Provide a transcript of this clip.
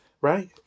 Right